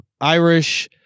Irish